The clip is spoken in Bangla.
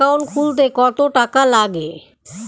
নতুন একাউন্ট খুলতে কত টাকা লাগে?